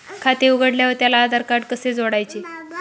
खाते उघडल्यावर त्याला आधारकार्ड कसे जोडायचे?